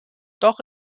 doch